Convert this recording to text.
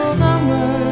summer